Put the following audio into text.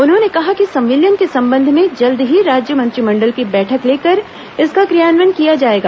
उन्होंने कहा कि संविलियन के संबंध में जल्द ही राज्य मंत्रिमंडल की बैठक लेकर इसका क्रियान्वयन किया जाएगा